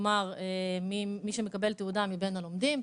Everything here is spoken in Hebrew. כלומר מי שמקבל תעודה מבין הלומדים.